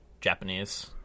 Japanese